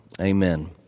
Amen